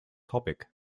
topic